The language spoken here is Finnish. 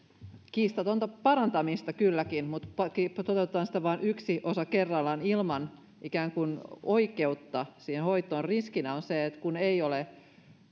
kiistatonta parantamista kylläkin mutta toteutetaan siitä vain yksi osa kerrallaan ilman ikään kuin oikeutta siihen hoitoon on se että ei ole